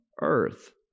earth